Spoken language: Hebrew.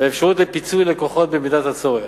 והאפשרות לפיצוי לקוחות במידת הצורך.